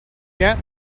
yet